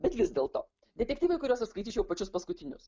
bet vis dėlto detektyvai kuriuos aš skaityčiau pačius paskutinius